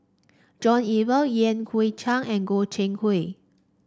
John Eber Yan Hui Chang and Goi Seng Hui